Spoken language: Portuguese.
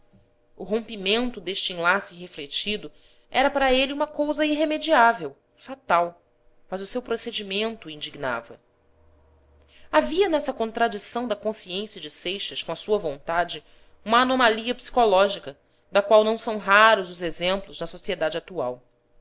o rom pi mento deste enlace irrefletido era para ele uma cousa ir re mediável fatal mas o seu procedimento o indignava havia nessa contradição da consciência de seixas com a sua vontade uma anomalia psicológica da qual não são raros os exemplos na sociedade atual